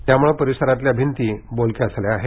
त्यामुळे परिसरातल्या भिंती बोलक्या झाल्या आहेत